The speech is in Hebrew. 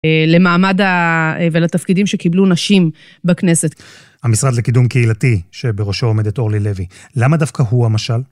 למעמד ולתפקידים שקיבלו נשים בכנסת. המשרד לקידום קהילתי, שבראשו עומדת אורלי לוי, למה דווקא הוא המשל?